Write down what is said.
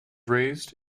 raised